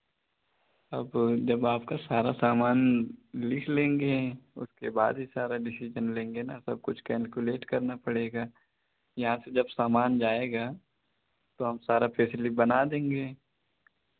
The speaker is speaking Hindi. अब जब आपका सारा सामान लिख लेंगे उसके बाद ही सारा डिसिजन लेंगे ना सब कुछ केलकुलेट करना पड़ेगा यहाँ से जब सामान जाएगा तो हम सारा फ्रेश लिस्ट बना देंगे